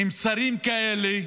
עם שרים כאלה,